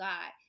God